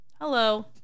Hello